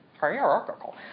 Hierarchical